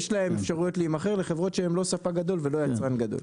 יש להם אפשרות להימכר לחברות שהם לא ספק גדול ולא יצרן גדול.